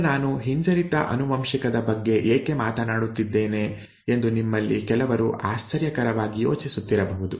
ಈಗ ನಾನು ಹಿಂಜರಿತ ಆನುವಂಶಿಕದ ಬಗ್ಗೆ ಏಕೆ ಮಾತನಾಡುತ್ತಿದ್ದೇನೆ ಎಂದು ನಿಮ್ಮಲ್ಲಿ ಕೆಲವರು ಆಶ್ಚರ್ಯಕರವಾಗಿ ಯೋಚಿಸುತ್ತಿರಬಹುದು